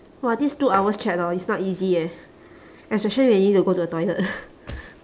[wah] this two hours chat hor is not easy eh especially when you need to go to the toilet